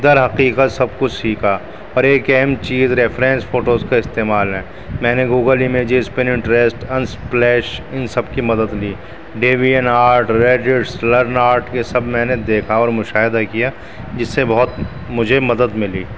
درحقیقت سب کچھ سیکھا اور ایک اہم چیز ریفرینس فوٹوز کا استعمال ہے میں نے گوگل ایمیجز پنٹریسٹ انسپلیش ان سب کی مدد لی DeviantArt Reddit's learn art یہ سب میں نے دیکھا اور مشاہدہ کیا جس سے بہت مجھے مدد ملی